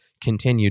continued